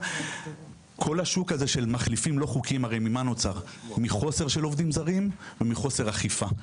השוק של מחליפים לא חוקיים נוצר ממחסור בעובדים זרים ומחוסר אכיפה.